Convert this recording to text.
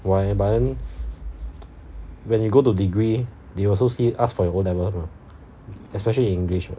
why but then when you go to degree they also see ask for your O level mah especially english